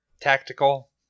tactical